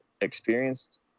experienced